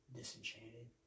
disenchanted